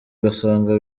ugasanga